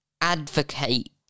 advocate